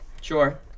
Sure